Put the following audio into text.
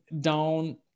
down